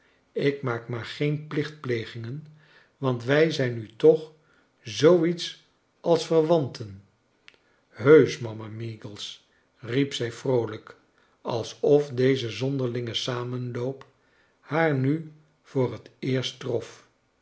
ik maak maar geen plichtplegingen want wij zijn nu toch zoo iets als verwanten heusch mama meagles riep zij vroolijk alsof deze zonderlinge samenloop haar nu voor het eerst trof